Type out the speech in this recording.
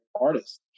artist